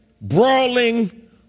brawling